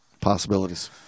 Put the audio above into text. possibilities